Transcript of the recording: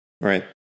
right